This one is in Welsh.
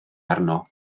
arno